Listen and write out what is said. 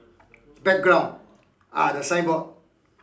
background ah the sign board